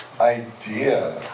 idea